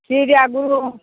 ସିଏ ଯଦି ଆଗରୁ